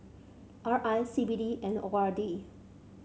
R I C B D and O R D